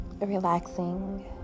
relaxing